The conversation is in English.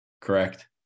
correct